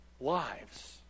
lives